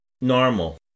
normal